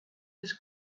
his